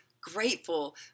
grateful